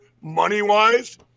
money-wise